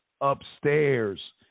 upstairs